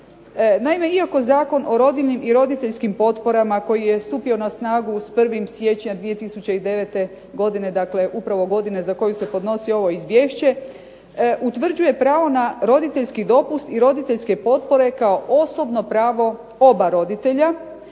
Naime, iako Zakon o rodiljnim i roditeljskim potporama koji je stupio na snagu s 1. siječnja 2009. godine, dakle upravo godine za koju se podnosi ovo izvješće, utvrđuje pravo na roditeljski dopust, i roditeljske potpore kao osobno pravo oba roditelja,